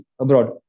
abroad